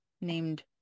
named